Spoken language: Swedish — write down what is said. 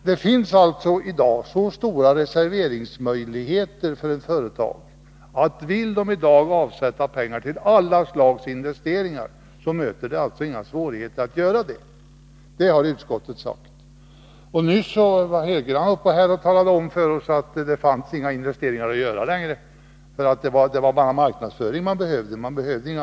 Det finns i dag stora möjligheter för ett företag att avsätta pengar till alla slags investeringar — att göra det möter inga svårigheter. Det har utskottet sagt. Hugo Hegeland talade om för oss här från talarstolen att det inte är investeringar utan bara marknadsföring som branschen behöver.